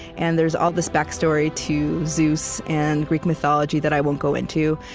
and there's all this back story to zeus and greek mythology that i won't go into.